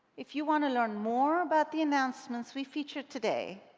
if you want to learn more about the announcements we featured today